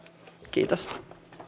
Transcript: kiitos